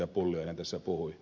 pulliainen tässä puhui